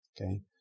Okay